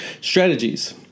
strategies